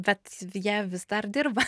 bet jie vis dar dirba